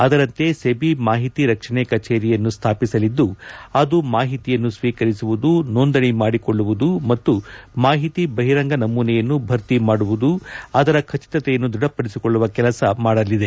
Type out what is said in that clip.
ಆದರಂತೆ SEBI ಮಾಹಿತಿ ರಕ್ಷಣೆ ಕಚೇರಿಯನ್ನು ಸ್ಥಾಪಿಸಲಿದ್ದು ಅದು ಮಾಹಿತಿಯನ್ನು ಸ್ವೀಕರಿಸುವುದು ನೋಂದಣಿ ಮಾಡಿಕೊಳ್ಳುವುದು ಮತ್ತು ಮಾಹಿತಿ ಬಹಿರಂಗ ನಮೂನೆಯನ್ನು ಭರ್ತಿ ಮಾಡುವುದು ಅದರ ಖಚಿತತೆಯನ್ನು ದೃಢಪಡಿಸಿಕೊಳ್ಳುವ ಕೆಲಸ ಮಾಡಲಿದೆ